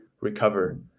recover